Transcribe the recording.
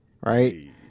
Right